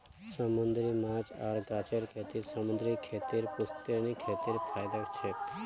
समूंदरी माछ आर गाछेर खेती समूंदरी खेतीर पुश्तैनी खेतीत फयदा छेक